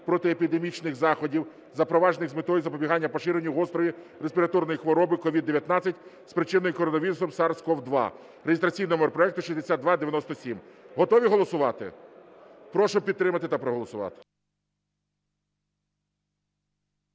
протиепідемічних заходів, запроваджених з метою запобігання поширенню гострої респіраторної хвороби COVID-19, спричиненої коронавірусом SARS-CoV-2) (реєстраційний номер проекту 6297). Готові голосувати? Прошу підтримати та проголосувати.